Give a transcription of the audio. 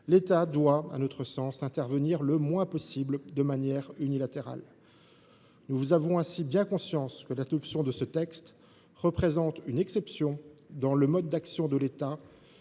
l’État doit selon nous intervenir le moins possible de manière unilatérale. Nous avons ainsi bien conscience que l’adoption de ce texte constitue une exception dans le mode d’action de l’État,